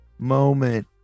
moment